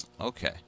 okay